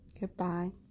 Goodbye